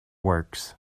works